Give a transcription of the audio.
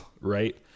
right